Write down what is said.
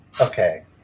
Okay